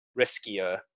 riskier